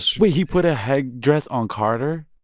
so wait. he put a headdress on carter?